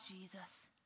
Jesus